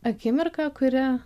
akimirka kuri